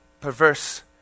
Perverse